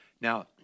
Now